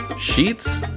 sheets